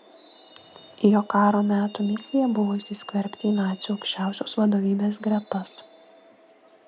jo karo metų misija buvo įsiskverbti į nacių aukščiausios vadovybės gretas